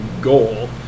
goal